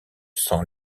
sans